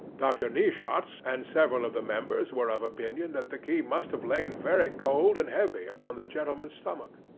dr. neeshawts and several of the members were of opinion that the key must have lain very cold and heavy upon the gentleman's stomach.